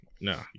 No